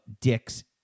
dicks